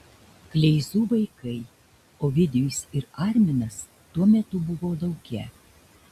kleizų vaikai ovidijus ir arminas tuo metu buvo lauke